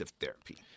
therapy